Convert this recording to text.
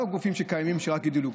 לא גופים קיימים שרק גדלו,